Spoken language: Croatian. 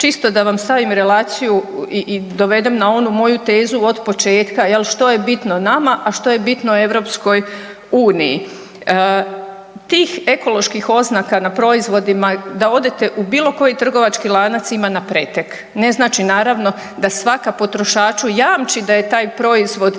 čisto da vam stavim relaciju i dovedem na onu moju tezu od početka što je bitno nama, a što je bitno EU. Tih ekoloških oznaka na proizvodima da odete u bilo koji trgovački lanac ima na pretek, ne znači naravno da svaka potrošaču jamči da je taj proizvod